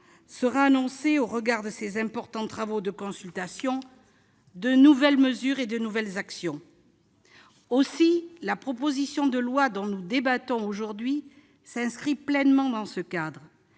seront annoncées, au regard de ces importants travaux de consultation, de nouvelles mesures et de nouvelles actions. La proposition de loi dont nous débattons aujourd'hui s'inscrit pleinement dans ce cadre.